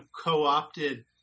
co-opted